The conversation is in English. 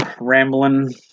rambling